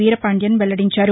వీరపాండియన్ వెల్లడించారు